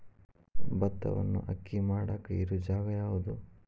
ಭತ್ತವನ್ನು ಅಕ್ಕಿ ಮಾಡಾಕ ಇರು ಜಾಗ ಯಾವುದು?